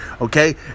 okay